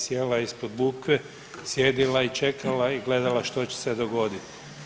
Sjela ispod bukve, sjedila i čekala i gledala što će se dogoditi.